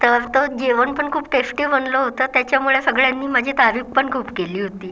तर तो जेवण पण खूप टेश्टी बनलं होतं त्याच्यामुळे सगळ्यांनी माझी तारीफ पण खूप केली होती